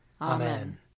Amen